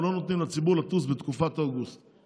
או לא נותנים לציבור לטוס בתקופת יולי-אוגוסט.